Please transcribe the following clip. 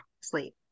sleep